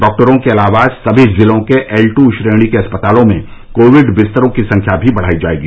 डाक्टरों के अलावा सभी जिलों के एल टू श्रेणी के अस्पतालों में कोविड बिस्तरों की संख्या भी बढ़ाई जाएगी